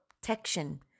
protection